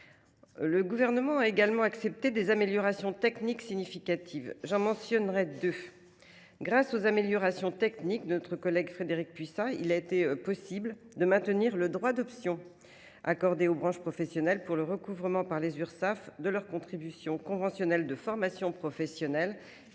Le Gouvernement a également accepté plusieurs améliorations techniques significatives. J’en mentionnerai deux. Grâce à l’apport de notre collègue Frédérique Puissat, il a été possible de maintenir le droit d’option accordé aux branches professionnelles pour le recouvrement par les Urssaf de leurs contributions conventionnelles de formation professionnelle et de dialogue social.